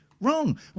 wrong